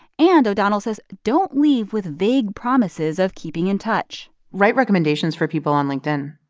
and, o'donnell says, don't leave with vague promises of keeping in touch write recommendations for people on linkedin.